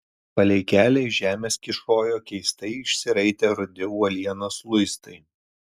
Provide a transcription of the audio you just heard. palei kelią iš žemės kyšojo keistai išsiraitę rudi uolienos luistai